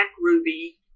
ruby